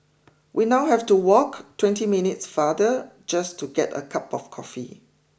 we now have to walk twenty minutes farther just to get a cup of coffee